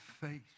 face